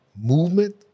movement